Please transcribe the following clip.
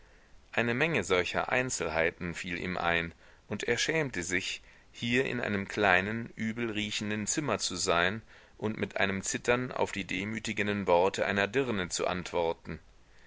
eine menge solcher einzelheiten fiel ihm ein und er schämte sich hier in einem kleinen übelriechenden zimmer zu sein und mit einem zittern auf die demütigenden worte einer dirne zu antworten